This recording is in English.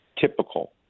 typical